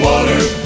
Water